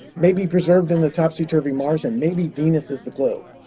may be preserved in the topsy-turvy mars, and maybe venus is the clue.